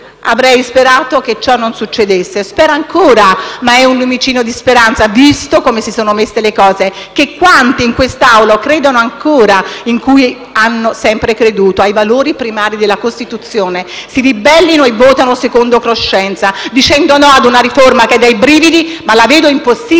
Avrei sperato che ciò non fosse successo e spero ancora - è un lumicino di speranza, visto come si sono messe le cose - che quanti in questa Aula credono ancora in ciò in cui hanno sempre creduto, ai valori primari della Costituzione, si ribellino e votino secondo coscienza dicendo no a una riforma che dà i brividi. Ma la vedo una cosa impossibile